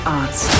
arts